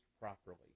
properly